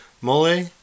mole